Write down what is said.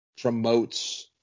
promotes